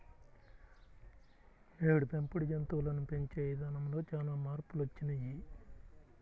నేడు పెంపుడు జంతువులను పెంచే ఇదానంలో చానా మార్పులొచ్చినియ్యి